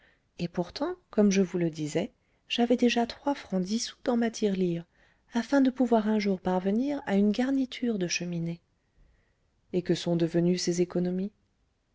et pourtant comme je vous le disais j'avais déjà trois francs dix sous dans ma tirelire afin de pouvoir un jour parvenir à une garniture de cheminée et que sont devenues ces économies